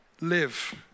live